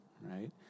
right